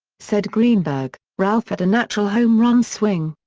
said greenberg, ralph had a natural home run swing.